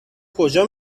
کجا